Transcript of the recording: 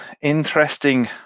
interesting